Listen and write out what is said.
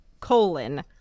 colon